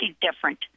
different